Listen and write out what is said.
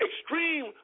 extreme